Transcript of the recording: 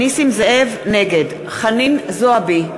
נגד חנין זועבי,